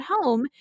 home